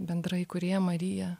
bendraįkūrėja marija